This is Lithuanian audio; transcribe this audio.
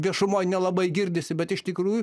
viešumoj nelabai girdisi bet iš tikrųjų